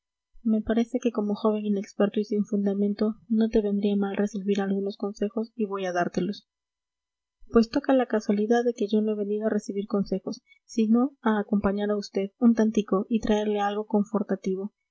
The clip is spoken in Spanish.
me parece que como joven inexperto y sin fundamento no te vendría mal recibir algunos consejos y voy a dártelos pues toca la casualidad de que yo no he venido a recibir consejos sino a acompañar a vd un tantico y traerle algo